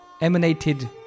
emanated